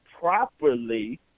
properly